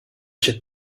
should